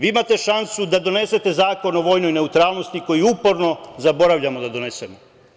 Vi imate šansu da donesete Zakon o vojnoj neutralnosti koji uporno zaboravljamo da donesemo.